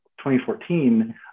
2014